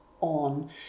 on